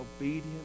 obedience